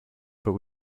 but